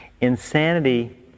Insanity